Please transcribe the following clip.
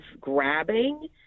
grabbing